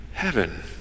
heaven